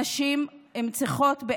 הנשים צריכות,